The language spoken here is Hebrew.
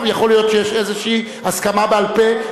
יכול להיות שיש איזו הסכמה בעל-פה.